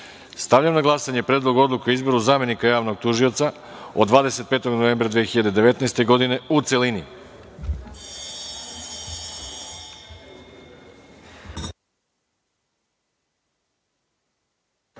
odluke. Stavljam na glasanje Predlog odluke o izboru zamenika javnog tužioca, od 25. novembra 2019. godine, u